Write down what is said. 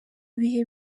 bihe